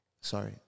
Sorry